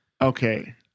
Okay